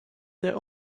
their